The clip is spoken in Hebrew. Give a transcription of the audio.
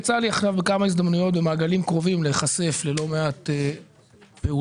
יצא לי בכמה הזדמנויות במעגלים קרובים להיחשף ללא מעט פעולות.